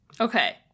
okay